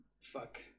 fuck